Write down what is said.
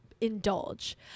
indulge